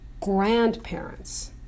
grandparents